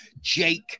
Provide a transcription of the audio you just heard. Jake